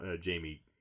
Jamie